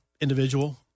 individual